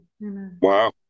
wow